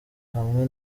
hamwe